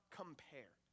compare